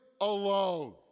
alone